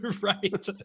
right